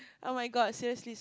oh-my-God seriously